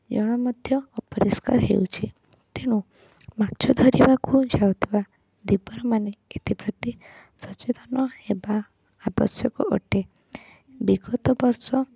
ଜଳ ମଧ୍ୟ ଅପରିସ୍କାର ହେଉଛି ତେଣୁ ମାଛ ଧରିବାକୁ ଯାଉଥିବା ଧୀବରମାନେ ଏଥିପ୍ରତି ସଚେତନ ହେବା ଆବଶ୍ୟକ ଅଟେ ବିଗତବର୍ଷ